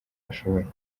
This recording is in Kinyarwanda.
ashoboye